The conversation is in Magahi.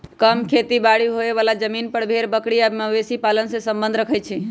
कम खेती बारी होय बला जमिन पर भेड़ बकरी आ मवेशी पालन से सम्बन्ध रखई छइ